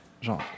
Genre